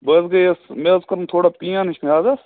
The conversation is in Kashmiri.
بہٕ حظ گٔیَس مےٚ حظ کوٚرُن تھوڑا پین ہِش میادس